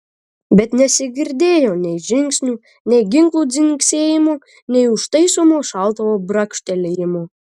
bet nesigirdėjo nei žingsnių nei ginklų dzingsėjimo nei užtaisomo šautuvo brakštelėjimo